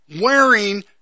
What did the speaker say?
wearing